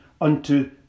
unto